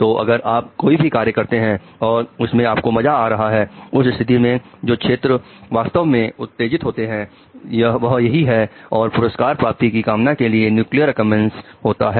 तो अगर आप कोई भी कार्य करते हैं और उसमें आपको मजा आ रहा है उस स्थिति में जो छेत्र वास्तव में उत्तेजित होता है वह यही है और पुरस्कार प्राप्ति की कामना के लिए न्यूक्लियर अकमबैंस है